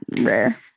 rare